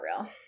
real